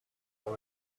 than